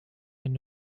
wenn